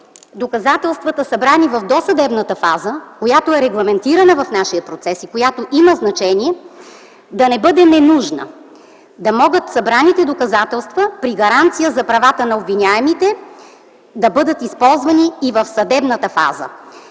доказателствата, събрани в досъдебната фаза, която е регламентирана в нашия процес и която има значение, да не бъде ненужна. Да могат събраните доказателства, при гаранция за правата на обвиняемите, да бъдат използвани и в съдебната фаза.